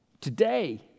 today